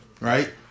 Right